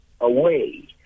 away